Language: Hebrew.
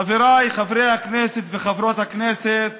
חבריי חברי הכנסת וחברות הכנסת,